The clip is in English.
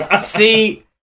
See